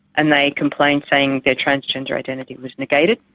and they complained, saying their transgender identity was negated.